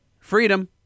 freedom